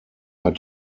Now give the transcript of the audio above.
hat